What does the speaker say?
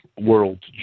world